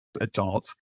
adults